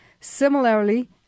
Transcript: similarly